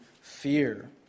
fear